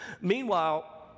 Meanwhile